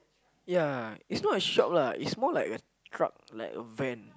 ya it's not a shop lah it's more like a truck like a van